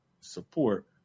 support